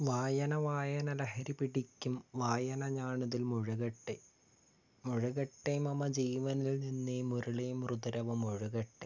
വായന വായന ലഹരി പിടിക്കും വായന ഞാനതിൽ മുഴുകട്ടെ മുഴുകട്ടെ മമ ജീവനിൽ നിന്നേ മുരളീ മൃദുരവം ഒഴുകട്ടെ